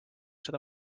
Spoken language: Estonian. seda